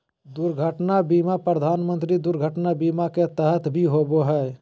दुर्घटना बीमा प्रधानमंत्री दुर्घटना बीमा के तहत भी होबो हइ